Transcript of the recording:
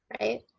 right